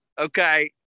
okay